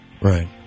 Right